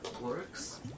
works